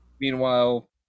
Meanwhile